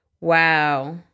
Wow